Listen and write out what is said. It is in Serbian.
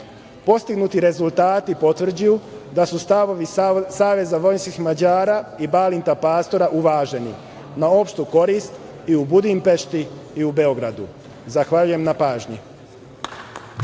Postignuti rezultati potvrđuju da su stavovi Saveza vojvođanskih Mađara i Balinta Pastora uvaženi na opštu korist u Budimpešti i u Beogradu. Zahvaljujem na pažnji.